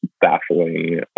baffling